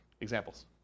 Examples